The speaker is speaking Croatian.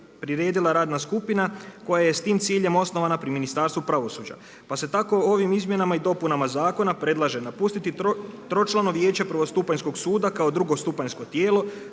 priredila radna skupina koja je s tim ciljem osnovana pri Ministarstvu pravosuđa. Pa se tako ovim izmjenama i dopunama zakona predlaže napustit tročlano Vijeće prvostupanjskog suda kao drugostupanjsko tijelo,